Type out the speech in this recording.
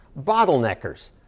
Bottleneckers